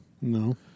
No